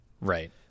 right